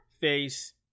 face